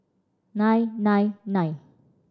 nine nine nine